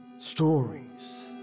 Stories